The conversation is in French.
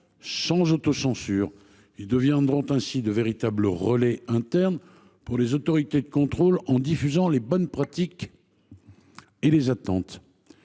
sans autocensure. Ils deviendront ainsi de véritables relais internes pour les autorités de contrôle en diffusant les bonnes pratiques et les attentes.